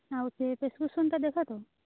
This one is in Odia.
ଆଉ ସେ ପ୍ରେସ୍କ୍ରିପସନ୍ ଦେଖା ତ